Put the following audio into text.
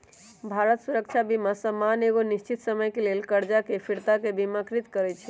भुगतान सुरक्षा बीमा सामान्य एगो निश्चित समय के लेल करजा के फिरताके बिमाकृत करइ छइ